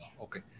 Okay